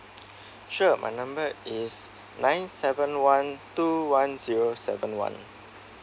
sure my number is nine seven one two one zero seven one